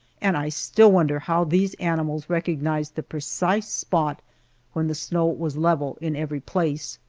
and i still wonder how these animals recognized the precise spot when the snow was level in every place.